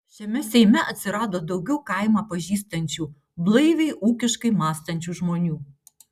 šiame seime atsirado daugiau kaimą pažįstančių blaiviai ūkiškai mąstančių žmonių